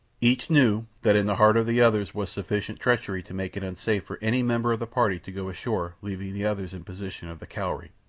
each knew that in the heart of the others was sufficient treachery to make it unsafe for any member of the party to go ashore leaving the others in possession of the cowrie,